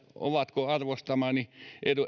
ovatko arvostamani